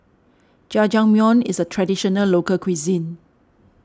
Jajangmyeon is a Traditional Local Cuisine